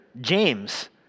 James